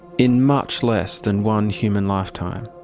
in much less than one human lifetime,